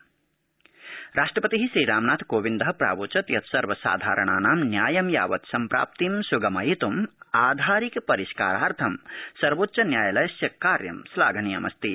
राष्ट्रपति न्यायिकसम्मेलनम् राष्ट्रपति श्रीरामनाथकोविन्दः प्रावोचत् यत् सर्वसाधारणानां न्यायं यावत् सम्प्राप्तिं स्गमयित्मु आधारिक परिष्कारार्थ सर्वोच्च न्यायालयस्य कार्य श्लाघनीयमस्ति